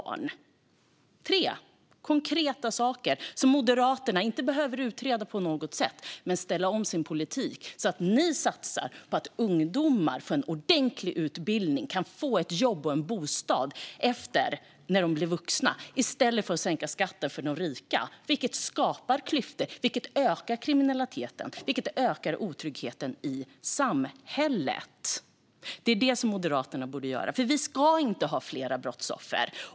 Detta är tre konkreta saker som Moderaterna inte behöver utreda på något sätt. I stället kan ni ställa om er politik, Ellen Juntti, så att ni satsar på att ungdomar får en ordentlig utbildning och kan få ett jobb och en bostad när de blir vuxna. Detta kan man göra i stället för att sänka skatten för de rika, vilket skapar klyftor, vilket ökar kriminaliteten, vilket ökar otryggheten i samhället. Det är vad Moderaterna borde göra. Vi ska inte ha fler brottsoffer.